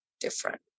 different